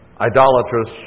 idolatrous